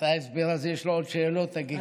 אחרי ההסבר הזה יש לו עוד שאלות, תגיד לי?